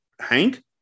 Hank